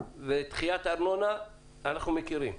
ודחיית ארנונה אנחנו מכירים.